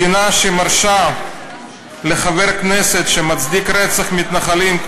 מדינה שמרשה לחבר כנסת שמצדיק רצח מתנחלים,